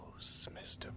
Mr